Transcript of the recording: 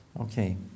Okay